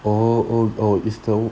oh oh oh this though